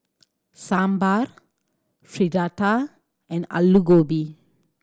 Sambar Fritada and Alu Gobi